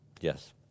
Yes